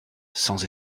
sans